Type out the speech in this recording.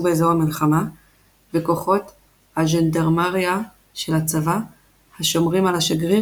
באזור המלחמה וכוחות הז'נדרמריה של הצבא השומרים על השגריר,